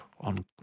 on